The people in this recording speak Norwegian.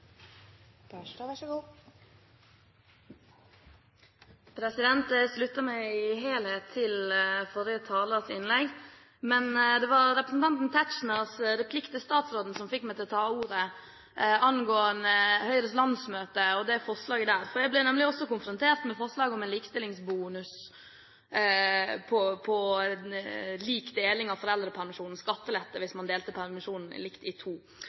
til statsråden angående Høyres landsmøte og forslaget der som fikk meg til å ta ordet. Jeg ble nemlig også konfrontert med forslaget om en likestillingsbonus når det gjelder lik deling av foreldrepermisjonen – skattelette hvis man delte permisjonen likt i to.